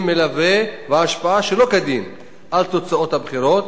מלווה והשפעה שלא כדין על תוצאות הבחירות,